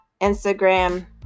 Instagram